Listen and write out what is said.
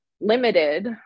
limited